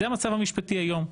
זה המצב המשפטי היום.